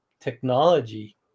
technology